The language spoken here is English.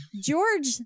George